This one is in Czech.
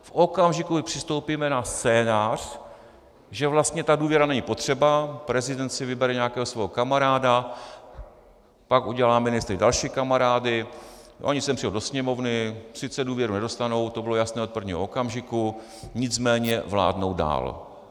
V okamžiku, kdy přistoupíme na scénář, že vlastně ta důvěra není potřeba, prezident si vybere nějakého svého kamaráda, pak udělá ministry další kamarády, oni sem přijdou do Sněmovny, sice důvěru nedostanou, to bylo jasné od prvního okamžiku, nicméně vládnou dál.